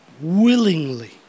willingly